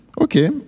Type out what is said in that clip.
Okay